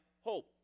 hope